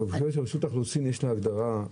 רשות האוכלוסין יש לה הגדרה,